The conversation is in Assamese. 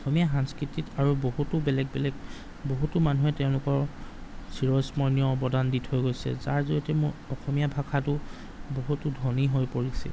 অসমীয়া সাংস্কৃতিত আৰু বহুতো বেলেগ বেলেগ বহুতো মানুহে তেওঁলোকৰ চিৰস্মৰণীয় অৱদান দি থৈ গৈছে যাৰ জৰিয়তে মোৰ অসমীয়া ভাষাটো বহুতো ধনী হৈ পৰিছে